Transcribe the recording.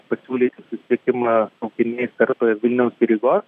pasiūlyti susisiekimą traukiniais tarp vilniaus ir rygos